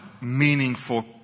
meaningful